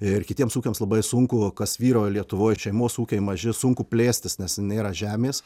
ir kitiems ūkiams labai sunku kas vyrauja lietuvoj šeimos ūkiai maži sunku plėstis nes nėra žemės